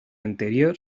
anterior